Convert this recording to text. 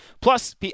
Plus